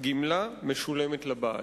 הגמלה משולמת לבעל.